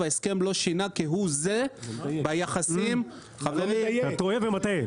ההסכם לא שינה כהוא זה ביחסים --- אתה טועה ומטעה.